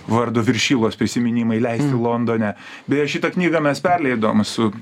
vardo viršilos prisiminimai leisti londone beje šitą knygą mes perleidom su